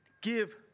give